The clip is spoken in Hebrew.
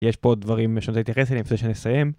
יש פה עוד דברים שאני אתייחס אליהם לפני שאני אסיים